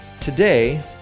Today